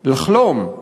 לחלום,